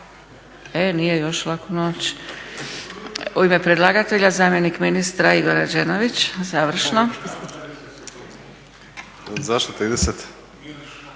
E nije još laku noć. U ime predlagatelja zamjenik ministra Igor Rađenović, završno. **Rađenović, Igor